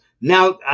now